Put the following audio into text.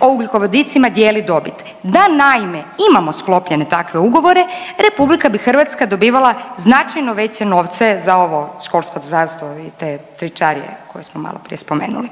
o ugljikovodicima dijeli dobit. Da naime ime sklopljene takve ugovore RH bi dobivala značajno veće novce za ovo školsko zdravstvo i te tričarije koje smo maloprije spomenuli.